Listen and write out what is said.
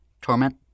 Torment